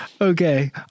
Okay